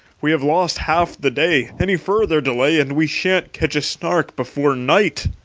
we have lost half the day. any further delay, and we sha'nt catch a snark before night!